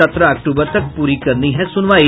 सत्रह अक्तूबर तक पूरी करनी है सुनवाई